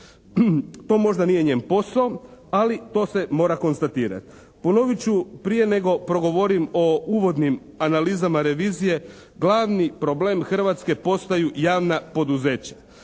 To možda nije njen posao, ali to se mora konstatirati. Ponovit ću prije nego progovorim o uvodnim analizama revizije. Glavni problem Hrvatske postaju javna poduzeća.